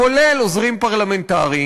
כולל עוזרים פרלמנטריים,